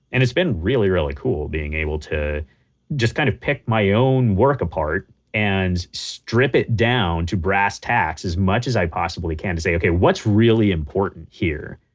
and it's been really, really cool being able to just kind of pick my own work apart and strip it down to brass tacks as much as i possibly can to say, what's really important here?